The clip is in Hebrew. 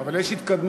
אבל יש התקדמות,